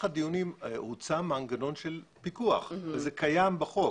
הדיונים הוצע מנגנון של פיקוח וזה קיים בחוק.